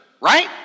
right